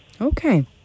Okay